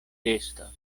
restos